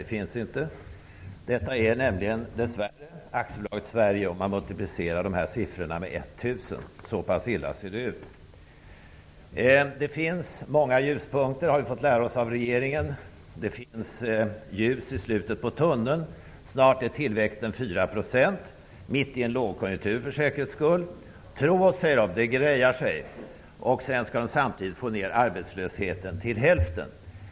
Om man multiplicerar dessa siffror med 1 000 är detta dess värre bilden av Aktiebolaget Sverige. Så pass illa ser det ut. Att det finns många ljuspunkter har vi fått lära oss av regeringen. Det finns ljus i slutet på tunneln, och snart är tillväxten 4 %, mitt i en lågkonjunktur för säkerhets skull. Tro oss, säger de, det grejar sig! Samtidigt skall de få ned arbetslösheten till hälften.